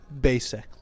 basic